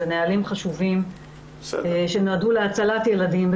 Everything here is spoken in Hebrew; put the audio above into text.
אלה נהלים חשובים שנועדו להצלת ילדים.